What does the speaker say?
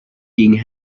king